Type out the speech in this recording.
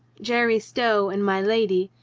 jerry stow and my lady,